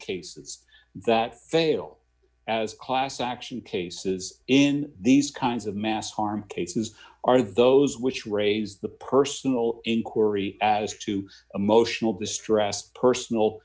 cases that fail as a class action cases in these kinds of mass harm cases are those which raise the personal inquiry as to emotional distress personal